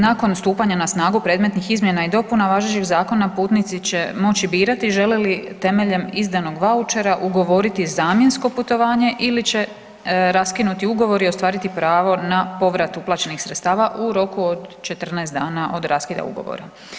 Nakon stupanja na snagu predmetnih izmjena i dopuna važećeg zakona putnici će moći birati želi li temeljem izdanog vaučera ugovoriti zamjensko putovanje ili će raskinuti ugovor i ostvariti pravo na povrat uplaćenih sredstava u roku od 14 dana od raskida ugovora.